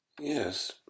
Yes